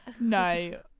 No